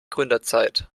gründerzeit